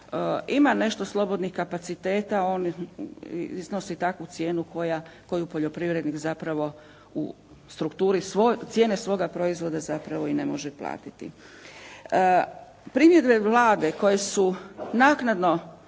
ima nešto slobodnih kapaciteta on iznosi takvu cijenu koja, koju poljoprivrednik zapravo u strukturi cijene svoga proizvoda zapravo i ne može platiti. Primjedbe Vlade koje su naknadno